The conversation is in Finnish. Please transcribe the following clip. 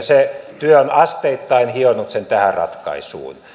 se työ on asteittain hionut sen tähän ratkaisuun